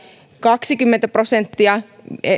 kaksikymmentä prosenttia